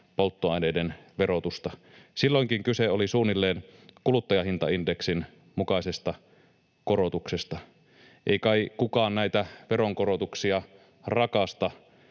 polttoaineiden verotusta. Silloinkin kyse oli suunnilleen kuluttajahintaindeksin mukaisesta korotuksesta. Ei kai kukaan näitä veronkorotuksia rakasta